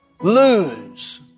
lose